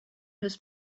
his